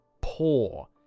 poor